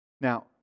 Now